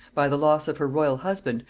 by the loss of her royal husband,